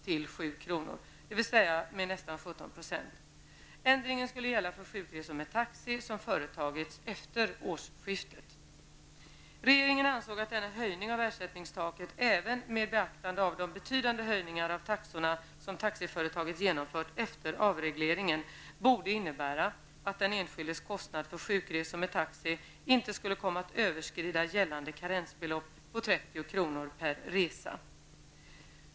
till 7 kr., dvs. med nästan Regeringen ansåg att denna höjning av ersättningstaket -- även med beaktande av de betydande höjningar av taxorna som taxiföretagen genomfört efter avregleringen -- borde innebära att den enskildes kostnad för sjukresor med taxi inte skulle komma att överskrida gällande karensbelopp på 30 kr. per resa.